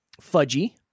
Fudgy